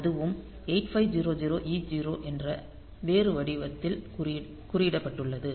அதுவும் 8500E0 என்ற வேறு வடிவத்தில் குறியிடப்பட்டுள்ளது